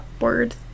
word